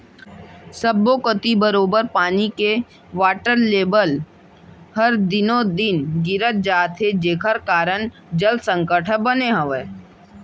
सब्बो कोती बरोबर पानी के वाटर लेबल हर दिनों दिन गिरत जात हे जेकर कारन जल संकट ह बने हावय